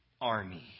army